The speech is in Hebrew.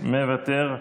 מוותר.